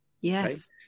yes